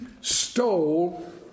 stole